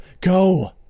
go